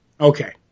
Okay